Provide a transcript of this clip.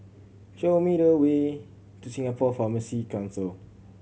show me the way to Singapore Pharmacy Council